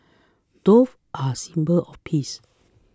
doves are symbol of peace